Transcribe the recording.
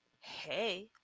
Hey